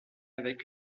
avec